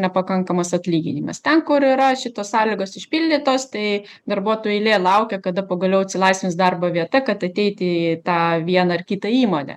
nepakankamas atlyginimas ten kur yra šitos sąlygos išpildytos tai darbuotojų eilė laukia kada pagaliau atsilaisvins darbo vieta kad ateiti į tą vieną ar kitą įmonę